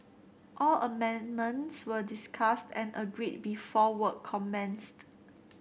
all amendments were discussed and agreed before work commenced